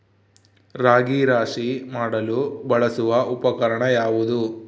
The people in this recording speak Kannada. ರಾಗಿ ರಾಶಿ ಮಾಡಲು ಬಳಸುವ ಉಪಕರಣ ಯಾವುದು?